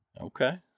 Okay